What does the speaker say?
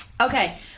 Okay